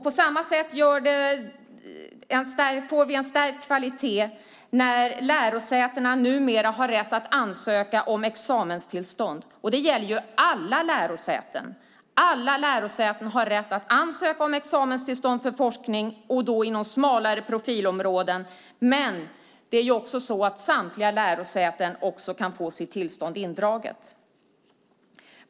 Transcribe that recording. På samma sätt får vi en stärkt kvalitet när lärosätena numera har möjlighet att ansöka om examenstillstånd. Det gäller alla lärosäten. Alla lärosäten har rätt att ansöka om examenstillstånd för forskning och då inom smalare profilområden. Men samtliga lärosäten kan också få sitt tillstånd indraget.